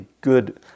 good